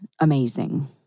amazing